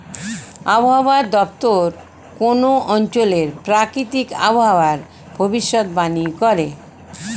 আবহাওয়া দপ্তর কোন অঞ্চলের প্রাকৃতিক আবহাওয়ার ভবিষ্যতবাণী করে